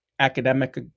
academic